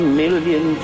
million